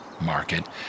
market